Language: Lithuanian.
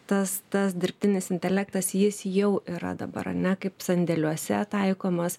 tas tas dirbtinis intelektas jis jau yra dabar ar ne kaip sandėliuose taikomas